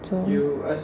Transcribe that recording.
so